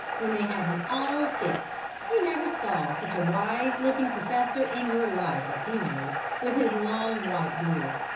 when they had him all fixed, you never saw such a wise looking professor in your life as he made, with his long, white beard.